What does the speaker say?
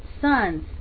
sons